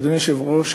אדוני היושב-ראש,